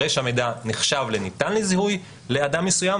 הרי שהמידע נחשב ניתן לזיהוי לאדם מסוים,